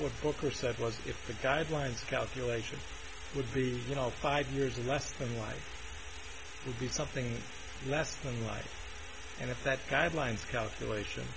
was if the guidelines calculations would be you know five years or less the life would be something less than life and if that guidelines calculation